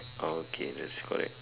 okay that's correct